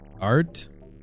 Art